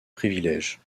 privilèges